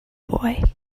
boy